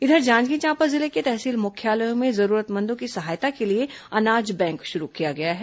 इधर जांजगीर चांपा जिले के तहसील मुख्यालयों में जरूरतमंदों की सहायता के लिए अनाज बैंक शुरू किया गया है